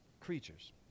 creatures